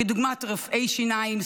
כדוגמת רופאי שיניים,